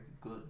good